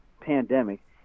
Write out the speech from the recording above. pandemic